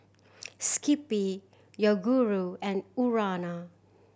Skippy Yoguru and Urana